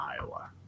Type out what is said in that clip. iowa